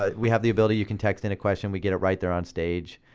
ah we have the ability, you can text in a question, we get it right there on stage.